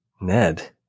ned